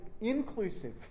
inclusive